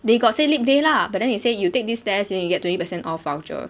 they got say lip day lah but then they say you take this test then you get twenty percent off voucher